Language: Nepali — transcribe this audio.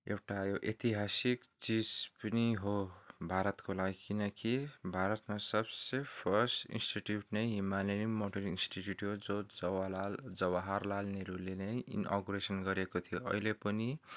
एउटा यो ऐतिहासिक चिज पनि हो भारतको लागि किनकि भारतमा सबसे फर्स्ट इन्स्टिट्युट नै हिमालयन माउन्टेनरिङ इन्स्टिट्युट हो जो जवालाल जवाहरलाल नेहरूले नै इनागुरेसन गरेको थियो अहिले पनि